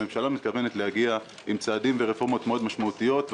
הממשלה מתכוונת להגיע עם צעדים ורפורמות משמעותיים מאוד,